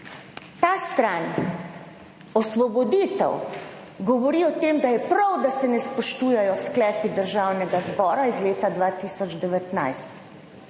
ta stran, osvoboditev govori o tem, da je prav, da se ne spoštujejo sklepi Državnega zbora iz leta 2019.